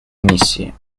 миссии